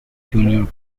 junior